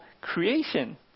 creation